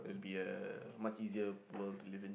it'll be a much easier world to live in